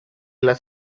las